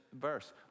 verse